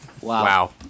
Wow